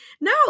No